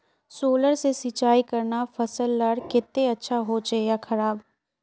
Solar से सिंचाई करना फसल लार केते अच्छा होचे या खराब?